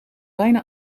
bijna